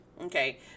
Okay